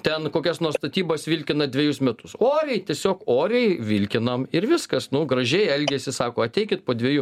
ten kokias nors statybas vilkina dvejus metus oriai tiesiog oriai vilkinam ir viskas nu gražiai elgiasi sako ateikit po dviejų